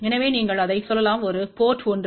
எனவே நீங்கள் அதை சொல்லலாம் ஒரு போர்ட் 1